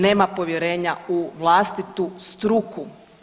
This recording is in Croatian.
Nema povjerenja u vlastitu struku.